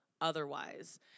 otherwise